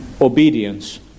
obedience